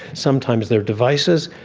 sometimes they are devices.